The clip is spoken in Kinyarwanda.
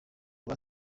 rwa